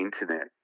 internet